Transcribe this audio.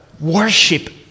worship